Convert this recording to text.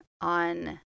on